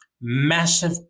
massive